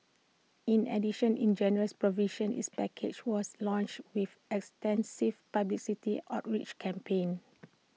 in addition in generous provisions is package was launched with extensive publicity outreach campaign